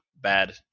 bad